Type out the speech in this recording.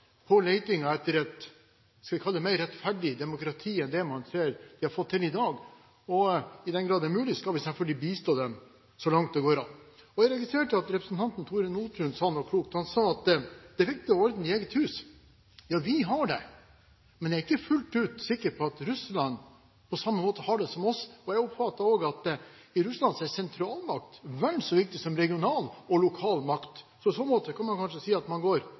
på letingen etter et – skal vi kalle det – mer rettferdig demokrati enn det man ser de har fått til i dag, og i den grad det er mulig, skal vi selvfølgelig bistå dem så langt det går an. Jeg registrerte at representanten Tore Nordtun sa noe klokt. Han sa at det er viktig å ha orden i eget hus. Ja, vi har det, men jeg er ikke fullt ut sikker på at Russland har det på samme måte som oss. Jeg oppfattet også at i Russland er sentralmakt vel så viktig som regional og lokal makt. I så måte kan man kanskje si at man går